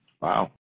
Wow